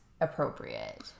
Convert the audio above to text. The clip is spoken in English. appropriate